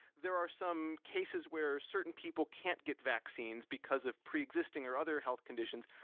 there are some cases where certain people can't get vaccines because of pre-existing or other health conditions.